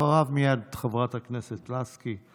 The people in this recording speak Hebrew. אחריו מייד חברת הכנסת לסקי.